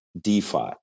DeFi